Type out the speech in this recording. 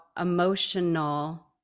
emotional